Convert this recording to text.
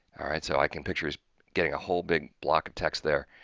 all right! so, i can picture his getting a whole big block of text there,